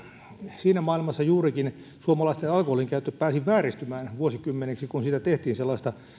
siinä maailmassa juurikin suomalaisten alkoholinkäyttö pääsi vääristymään vuosikymmeniksi kun siitä tehtiin sellaista